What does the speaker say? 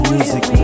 Music